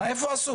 איפה עשו?